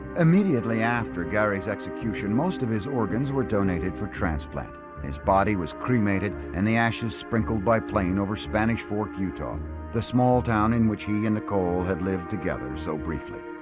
immediately after gary's execution most of his organs were donated for transplant his body was cremated and the ashes sprinkled by plane over spanish fork utah the small town in which he and nicole had lived together so briefly